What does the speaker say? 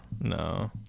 no